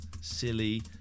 silly